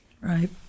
Right